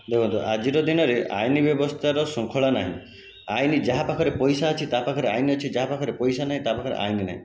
ଦେଖନ୍ତୁ ଆଜିର ଦିନରେ ଆଇନ ବ୍ୟବସ୍ଥାର ଶୃଙ୍ଖଳା ନାହିଁ ଆଇନ ଯାହା ପାଖରେ ପଇସା ଅଛି ତା ପାଖରେ ଆଇନ ଅଛି ଯାହା ପାଖରେ ପଇସା ନାହିଁ ତା' ପାଖରେ ଆଇନ ନାହିଁ